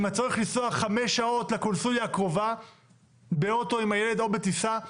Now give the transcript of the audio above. עם הצורך לנסוע חמש שעות לקונסוליה הקרובה באוטו עם הילד או בטיסה,